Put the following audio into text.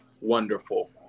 Wonderful